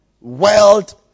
World